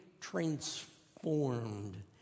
transformed